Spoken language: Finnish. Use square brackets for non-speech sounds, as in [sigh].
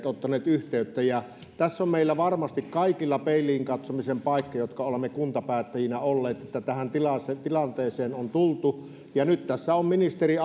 [unintelligible] ottaneet yhteyttä tässä on varmasti peiliin katsomisen paikka kaikilla meillä jotka olemme kuntapäättäjinä olleet että tähän tilanteeseen on tultu nyt tässä on ministeri [unintelligible]